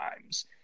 times